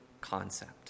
concept